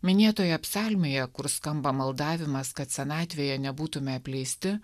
minėtoje psalmėje kur skamba maldavimas kad senatvėje nebūtume apleisti